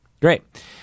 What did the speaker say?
Great